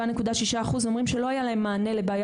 47.6% אומרים שלא היה להם מענה לבעיה